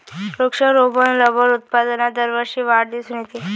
वृक्षारोपण रबर उत्पादनात दरवर्षी वाढ दिसून येते